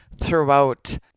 throughout